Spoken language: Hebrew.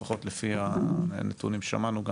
לפחות לפי הנתונים ששמענו.